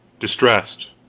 distressed,